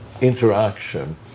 interaction